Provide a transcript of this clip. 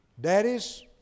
Daddies